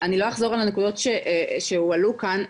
אני לא אחזור על הנקודות שהועלו כאן,